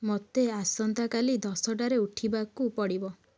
ମୋତେ ଆସନ୍ତାକାଲି ଦଶଟାରେ ଉଠିବାକୁ ପଡ଼ିବ